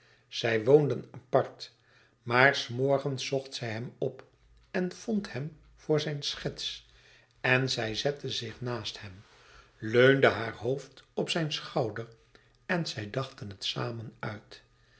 zij woonden apart maar s morgens zocht zij hem op en vond hem voor zijn schets en zij zette zich naast hem leunde haar hoofd op zijn schouder en zij dachten het samen uit